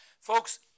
Folks